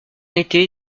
été